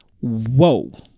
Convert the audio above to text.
Whoa